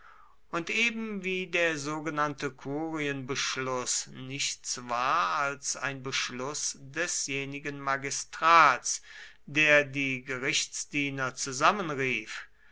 und eben wie der sogenannte kurienbeschluß nichts war als ein beschluß desjenigen magistrats der die gerichtsdiener